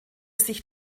sich